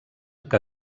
que